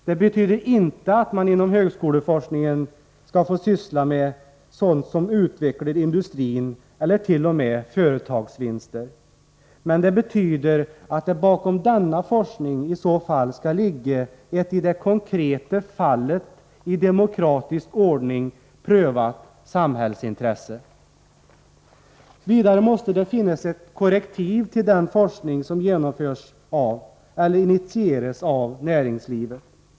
Det betyder inte att man inom högskoleforskningen inte skall få syssla med sådant som utvecklar industrin eller t.o.m. med företagsvinster, men det betyder att det bakom denna forskning i så fall skall ligga ett i det konkreta fallet i demokratisk ordning prövat samhällsintresse. Vidare måste det finnas ett korrektiv till den forskning som genomförs eller initieras av näringslivet.